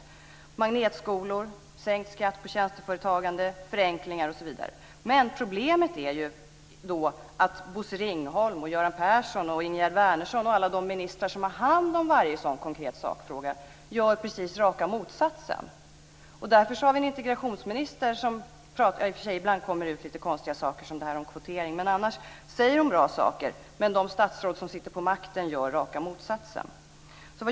Det är magnetskolor, sänkt skatt på tjänsteföretagande, förenklingar osv. Men problemet är att Bosse Ringholm, Göran Persson, Ingegerd Wärnersson och alla de ministrar som har hand om varje sådan konkret sakfråga gör precis raka motsatsen. Därför har vi en integrationsminister som säger bra saker - ja, ibland kommer det ut lite konstiga saker, t.ex. detta om kvotering - men de statsråd som sitter på makten gör raka motsatsen.